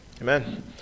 Amen